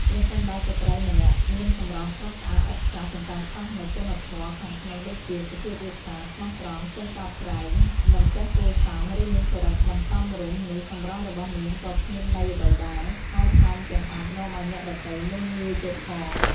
ប្រសិនបើស្ត្រីម្នាក់មានសម្រស់ស្រស់ស្អាតឥតខ្ចោះ ប៉ុន្តែខ្វះនូវគុណធម៌ខាងក្នុងដូចជា សុភាពរាបសារ ស្មោះត្រង់ ចេះកោតក្រែង មិនចេះគួរសម ឫមានចរិតមិនសមរម្យ នោះសម្រស់របស់នាងក៏គ្មានន័យអ្វីដែរ ហើយថែមទាំងអាចនាំឱ្យអ្នកដទៃមើលងាយទៀតផង។